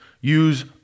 Use